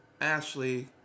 Ashley